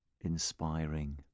inspiring